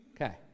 Okay